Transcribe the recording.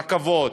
רכבות,